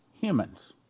humans